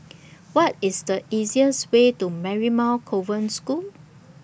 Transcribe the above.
What IS The easiest Way to Marymount Convent School